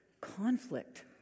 Conflict